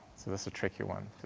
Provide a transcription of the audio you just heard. so that's a tricky one,